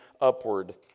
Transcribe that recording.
upward